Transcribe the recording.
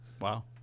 wow